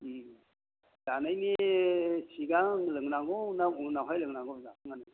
उम जानायनि सिगां लोंनांगौ ना उनावहाय लोंनांगौ जाखांनानै